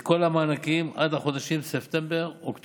כל המענקים עד לחודשים ספטמבר-אוקטובר,